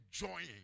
enjoying